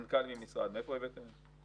מאיפה הבאתם את זה?